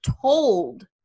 told